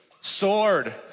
sword